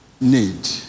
need